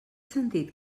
sentit